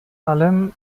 allem